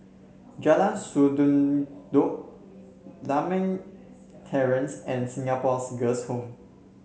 Jalan Sendudok Lakme Terrace and Singapore's Girls' Home